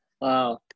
Wow